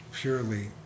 purely